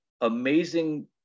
amazing